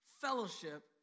fellowship